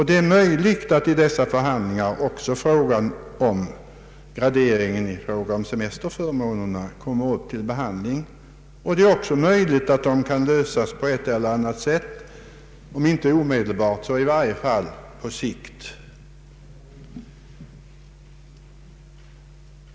Det är möjligt att vid dessa förhandlingar också frågan om gradering när det gäller semesterförmåner kommer upp till behandling och kan lösas på ett eller annat sätt, om inte omedelbart så i varje fall på sikt.